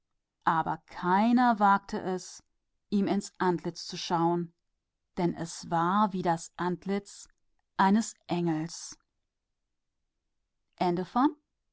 aber niemand wagte ihm ins gesicht zu sehen denn es war wie das gesicht eines engels